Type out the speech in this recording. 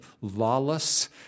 lawless